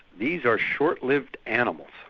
these are short-lived animals,